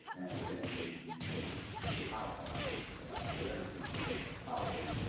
and then you you codify it, for lack of a better term, into a policy,